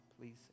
please